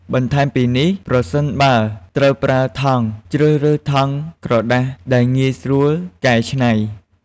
បន្ថែមពីនេះ ប្រសិនបើត្រូវប្រើថង់ ជ្រើសរើសថង់ក្រដាសដែលងាយស្រួលកែច្នៃ។